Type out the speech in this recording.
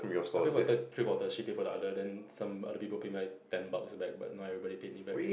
I pay for third three bottles she pay for the others then some other people pay my ten box but but not everybody pay it back